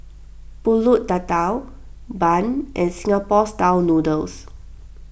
Pulut Tatal Bun and Singapore Style Noodles